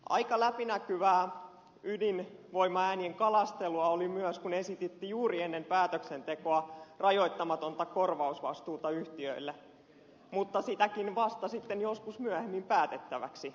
aika läpinäkyvää ydinvoimaäänien kalastelua oli myös se kun esititte juuri ennen päätöksentekoa rajoittamatonta korvausvastuuta yhtiöille mutta sitäkin vasta sitten joskus myöhemmin päätettäväksi